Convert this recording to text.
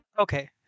Okay